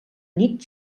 nit